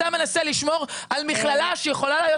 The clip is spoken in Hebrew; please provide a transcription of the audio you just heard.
אתה מנסה לשמור על מכללה שיכולה להיות